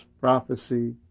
prophecy